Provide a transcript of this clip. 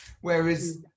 whereas